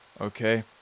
Okay